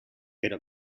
pero